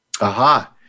Aha